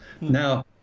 Now